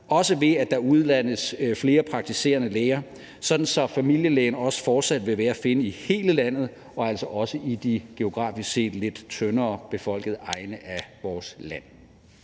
også ved at der uddannes flere praktiserende læger, sådan at familielægen også fortsat vil være at finde i hele landet og altså også i de geografisk set lidt tyndere befolkede egne af vores land.